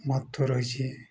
ମହତ୍ତ୍ୱ ରହିଛି